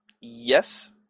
Yes